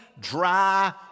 dry